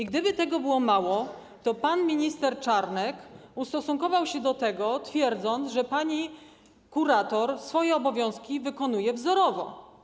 Jakby tego było mało, pan minister Czarnek ustosunkował się do tego, twierdząc, że pani kurator swoje obowiązki wykonuje wzorowo.